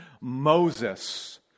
Moses